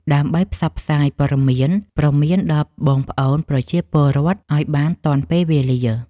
ដើម្បីផ្សព្វផ្សាយព័ត៌មានព្រមានដល់បងប្អូនប្រជាពលរដ្ឋឱ្យបានទាន់ពេលវេលា។